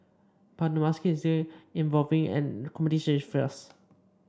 but the market is still evolving and competition is fierce